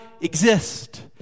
exist